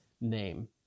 name